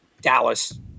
Dallas